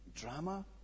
drama